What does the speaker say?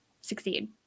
succeed